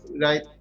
right